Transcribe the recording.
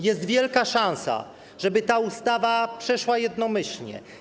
Jest wielka szansa, żeby ta ustawa przeszła jednomyślnie.